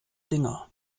dinger